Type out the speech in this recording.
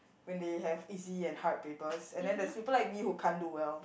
when they have easy and hard papers and then there's people like me who can't do well